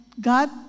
God